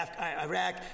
Iraq